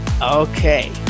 Okay